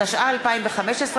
התשע"ה 2015,